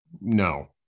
No